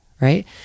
right